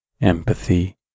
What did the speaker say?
empathy